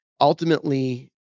ultimately